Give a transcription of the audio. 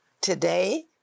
today